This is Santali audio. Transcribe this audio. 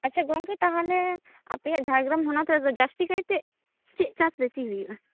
ᱟᱪᱪᱷᱟ ᱜᱚᱢᱠᱮ ᱛᱟᱦᱚᱞᱮ ᱟᱯᱮᱭᱟᱜ ᱡᱷᱟᱲᱜᱨᱟᱢ ᱦᱚᱱᱚᱛ ᱨᱮᱫᱚ ᱡᱟᱹᱥᱛᱤ ᱠᱟᱭᱛᱮ ᱪᱮᱫ ᱪᱟᱥ ᱵᱤᱥᱤ ᱦᱩᱭᱩᱜᱼᱟ